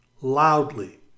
loudly